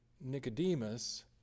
Nicodemus